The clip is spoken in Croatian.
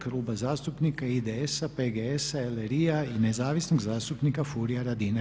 Kluba zastupnika IDS-a, PGS-a, LRI-a i nezavisnog zastupnika Furia Radina.